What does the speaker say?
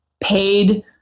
paid